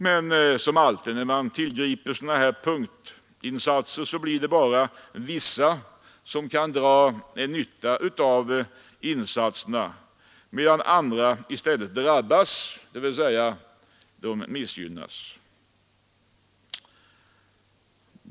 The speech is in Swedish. Men som alltid när man tillgriper punktinsatser är det bara vissa som kan dra nytta av insatserna medan andra i stället missgynnas.